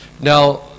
Now